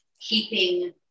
keeping